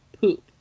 poop